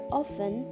often